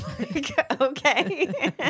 okay